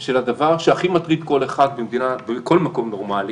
של הדבר שהכי מטריד כל אחד בכל מקום נורמלי